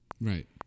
right